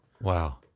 Wow